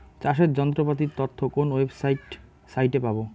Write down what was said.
চাষের যন্ত্রপাতির তথ্য কোন ওয়েবসাইট সাইটে পাব?